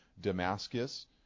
Damascus